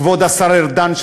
כבוד השר ארדן,